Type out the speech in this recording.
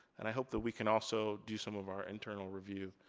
and i hope that we can also do some of our internal review.